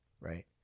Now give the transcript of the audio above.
right